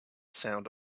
sound